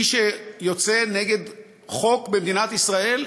מי שיוצא נגד חוק במדינת ישראל,